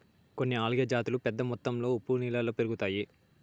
కొన్ని ఆల్గే జాతులు పెద్ద మొత్తంలో ఉప్పు నీళ్ళలో పెరుగుతాయి